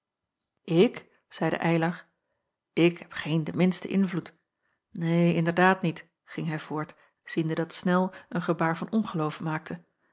ik zeide eylar ik heb geen den minsten invloed neen inderdaad niet ging hij voort ziende dat snel een gebaarde van ongeloof maakte